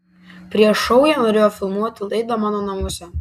prieš šou jie norėjo filmuoti laidą mano namuose